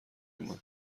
اومد